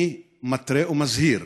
אני מתרה, ומזהיר